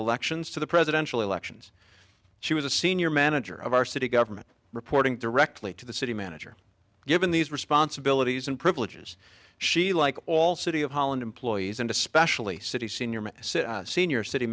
elections to the presidential elections she was a senior manager of our city government reporting directly to the city manager given these responsibilities and privileges she like all city of holland employees and especially city senior said senior city